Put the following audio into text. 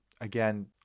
Again